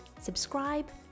subscribe